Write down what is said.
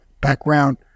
background